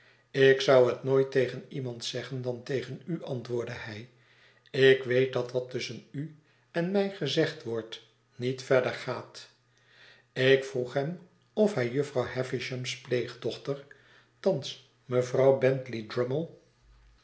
ik zou het nooit tegen iemand zeggen dan tegen u antwoordde hij ik weet dat wat tus schen u en mij gezegd wordt niet verder gaat ik vroeg hem of hij jufvrouw havisham's pleegdochter thans mevrouw bentley